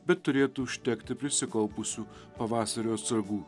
bet turėtų užtekti prisikaupusių pavasario atsargų